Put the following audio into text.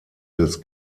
des